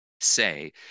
say